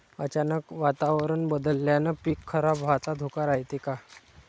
अचानक वातावरण बदलल्यानं पीक खराब व्हाचा धोका रायते का?